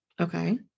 Okay